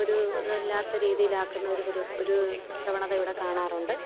ഒരു ഇതില്ലാത്ത രീതിയിലാക്കുന്ന ഒരു പരി ഒരു പ്രവണത ഇവിടെ കാണാറുണ്ട്